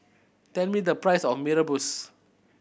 tell me the price of Mee Rebus